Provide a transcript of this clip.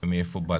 ומאיפה באתי.